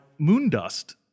Moondust